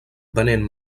venent